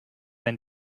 ein